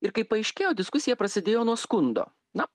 ir kaip paaiškėjo diskusija prasidėjo nuo skundo na